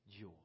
joy